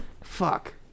Fuck